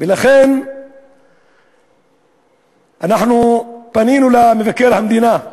ולכן אנחנו פנינו למבקר המדינה,